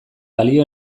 balio